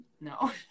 No